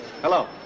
Hello